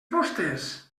vostès